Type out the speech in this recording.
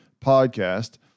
podcast